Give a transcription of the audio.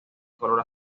color